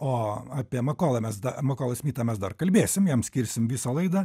o apie makolą mes dar makolą smitą mes dar kalbėsim jam skirsim visą laidą